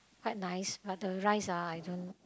quite nice but the rice ah I don't